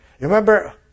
Remember